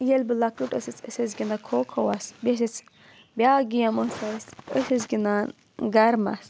ییٚلہِ بہٕ لۄکٕٹۍ ٲسۍ أسۍ ٲسۍ گِنٛدان کھو کھوس بیٚیِس بِیٚاکھ گیَم ٲس اَسہِ أسۍ ٲسۍ گِنٛدان گَرمَس